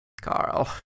Carl